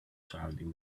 surrounding